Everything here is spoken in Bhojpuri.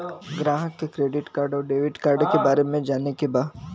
ग्राहक के क्रेडिट कार्ड और डेविड कार्ड के बारे में जाने के बा?